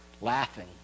laughing